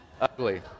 ugly